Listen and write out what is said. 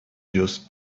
just